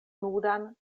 nudan